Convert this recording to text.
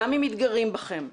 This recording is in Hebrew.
גם אם מתגרים בכם,